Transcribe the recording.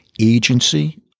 agency